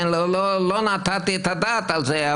לא נתתי את הדעת על זה,